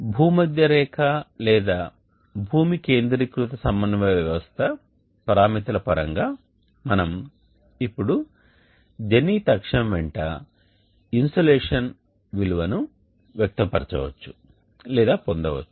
భూమధ్య రేఖ లేదా భూమి కేంద్రీకృత సమన్వయ వ్యవస్థ పరామితుల పరంగా మనం ఇప్పుడు జెనిత్ అక్షం వెంట ఇన్సోలేషన్ విలువను వ్యక్త పరచవచ్చు లేదా పొందవచ్చు